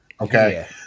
Okay